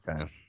Okay